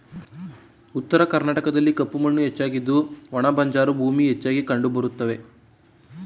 ಉತ್ತರ ಕರ್ನಾಟಕದಲ್ಲಿ ಕಪ್ಪು ಮಣ್ಣು ಹೆಚ್ಚಾಗಿದ್ದು ಒಣ ಬಂಜರು ಭೂಮಿ ಹೆಚ್ಚಾಗಿ ಕಂಡುಬರುತ್ತವೆ